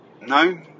No